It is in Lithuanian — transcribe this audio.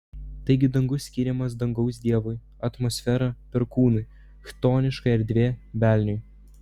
taigi dangus skiriamas dangaus dievui atmosfera perkūnui chtoniška erdvė velniui